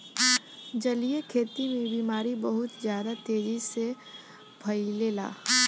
जलीय खेती में बीमारी बहुत ज्यादा तेजी से फइलेला